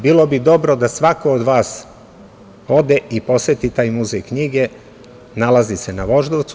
Bilo bi dobro da svako od vas ode i poseti taj muzej knjige, nalazi se na Voždovcu.